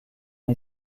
les